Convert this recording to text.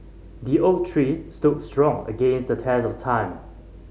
the oak tree stood strong against the test of time